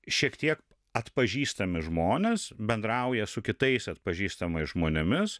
šiek tiek atpažįstami žmonės bendrauja su kitais atpažįstamais žmonėmis